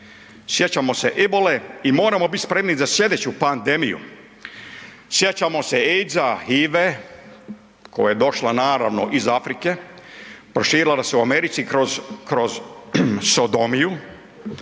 Sjećamo se ebole i moramo biti spremni za slijedeću pandemiju. Sjećamo se AIDS-a, HIV-a koja je došla naravno iz Afrike, proširila se u Americi kroz sodomiju,